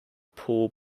pool